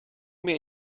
mir